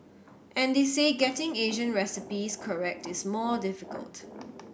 and they say getting Asian recipes correct is more difficult